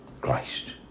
Christ